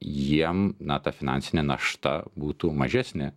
jiem na ta finansinė našta būtų mažesnė